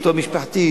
או המשפחתית,